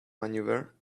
maneuver